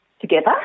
together